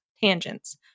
tangents